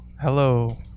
Hello